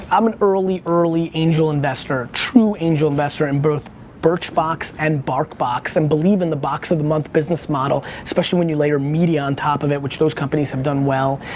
i'm an early early angel investor. true angel investor in both birchbox and barkbox and believe in the box of the month business model. especially when you lay your media on top of it, which those companies have done well.